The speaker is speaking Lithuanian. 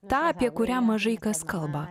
tą apie kurią mažai kas kalba